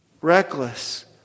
reckless